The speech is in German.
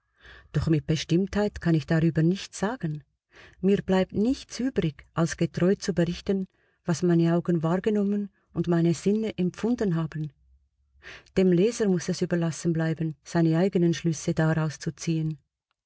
doch mit bestimmtheit kann ich darüber nichts sagen mir bleibt nichts übrig als getreu zu berichten was meine augen wahrgenommen und meine sinne empfunden haben dem leser muß es überlassen bleiben seine eigenen schlüsse daraus zu ziehen